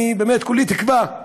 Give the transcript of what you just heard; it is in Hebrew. אני באמת, כולי תקווה.